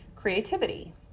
Creativity